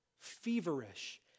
feverish